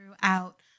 throughout